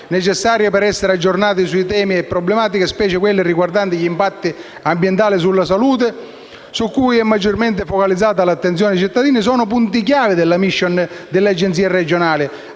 necessaria per essere aggiornati su temi e problematiche, specie quelli riguardanti gli impatti ambientali sulla salute, su cui è maggiormente focalizzata l'attenzione dei cittadini, sono i punti-chiave della *mission* delle Agenzie regionali,